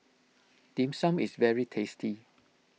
Dim Sum is very tasty